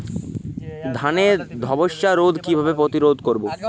ধানে ধ্বসা রোগ কিভাবে প্রতিরোধ করব?